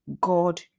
god